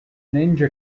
ninja